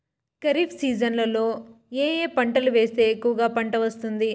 ఖరీఫ్ సీజన్లలో ఏ ఏ పంటలు వేస్తే ఎక్కువగా పంట వస్తుంది?